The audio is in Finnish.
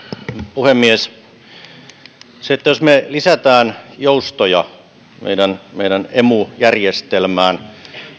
puhemies jos me lisäämme joustoja meidän meidän emu järjestelmäämme